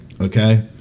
Okay